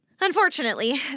Unfortunately